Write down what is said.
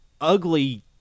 ugly